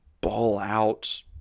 ball-out